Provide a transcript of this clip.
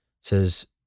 Says